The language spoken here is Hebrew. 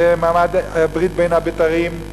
במעמד ברית בין הבתרים,